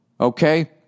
okay